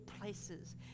places